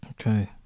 Okay